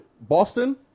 Boston